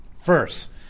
First